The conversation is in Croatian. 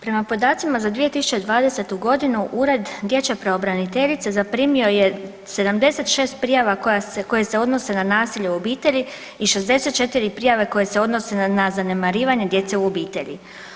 Prema podacima za 2020. godinu Ured dječje pravobraniteljice zaprimio je 76 prijava koje se odnose na nasilje u obitelji i 64 prijave koje se odnose na zanemarivanje djece u obitelji.